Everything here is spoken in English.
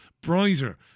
brighter